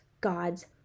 god's